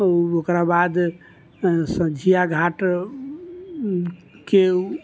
ओकरा बाद सँझिया घाट के